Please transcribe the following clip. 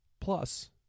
plus